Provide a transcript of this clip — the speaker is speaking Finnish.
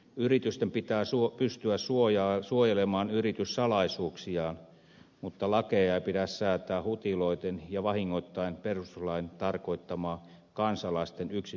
yritysten pitää pystyä suojelemaan yrityssalaisuuksiaan mutta lakeja ei pidä säätää hutiloiden ja vahingoittaen perustuslain tarkoittamaa kansalaisten yksityisyyden suojaa